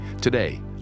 Today